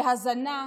להזנה,